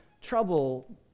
trouble